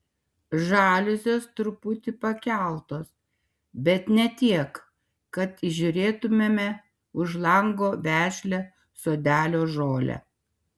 žaliuzės truputį pakeltos bet ne tiek kad įžiūrėtumėme už lango vešlią sodelio žolę